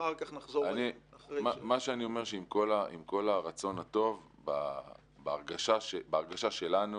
אחר כך נחזור --- עם כל הרצון הטוב, בהרגשה שלנו